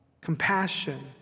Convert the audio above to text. Compassion